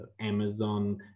Amazon